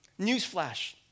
Newsflash